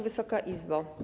Wysoka Izbo!